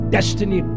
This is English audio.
Destiny